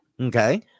Okay